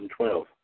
2012